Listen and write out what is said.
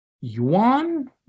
yuan